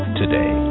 today